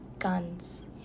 guns